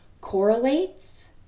correlates